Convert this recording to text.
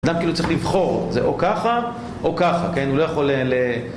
אדם כאילו צריך לבחור, זה או ככה, או ככה, כן? הוא לא יכול ל...